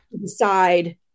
decide